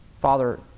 Father